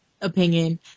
opinion